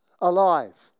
alive